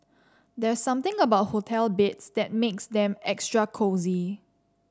there's something about hotel beds that makes them extra cosy